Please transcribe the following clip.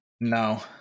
no